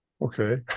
Okay